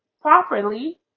properly